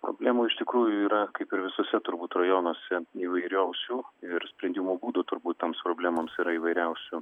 problemų iš tikrųjų yra kaip ir visose turbūt rajonuose įvairiausių ir sprendimo būdų turbūt toms problemoms yra įvairiausių